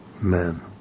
man